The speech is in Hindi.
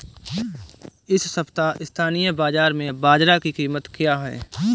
इस सप्ताह स्थानीय बाज़ार में बाजरा की कीमत क्या है?